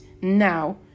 now